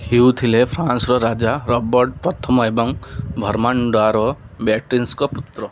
ହ୍ୟୁ ଥିଲେ ଫ୍ରାନ୍ସର ରାଜା ରବର୍ଟ ମ ଏବଂ ଭର୍ମାଣ୍ଡ୍ୱାର ବେୟାଟ୍ରିସ୍ଙ୍କ ପୁତ୍ର